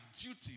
duty